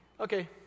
Okay